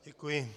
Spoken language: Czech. Děkuji.